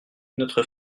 notre